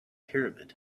pyramid